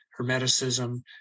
hermeticism